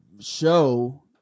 show